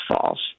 false